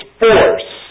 force